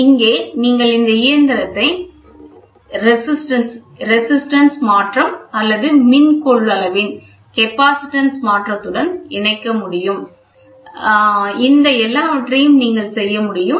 இங்கே நீங்கள் இந்த இயந்திரத்தை மின் எதிர்ப்பின் மாற்றம் அல்லது மின் கொள்ளளவின் மாற்றத்துடன் இணைக்க முடியும் இந்த எல்லாவற்றையும் நீங்கள் செய்ய முடியும்